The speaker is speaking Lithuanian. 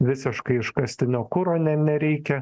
visiškai iškastinio kuro ne nereikia